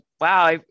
wow